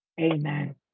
Amen